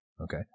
Okay